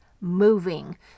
moving